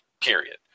Period